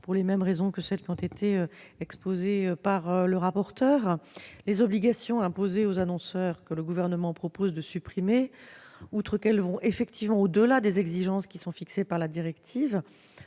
pour les mêmes raisons que le rapporteur. Les obligations imposées aux annonceurs que le Gouvernement propose de supprimer, outre qu'elles vont effectivement au-delà des exigences fixées par la directive,